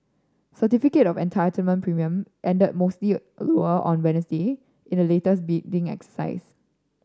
certificate of Entitlement premium ended mostly lower on Wednesday in the latest bidding exercise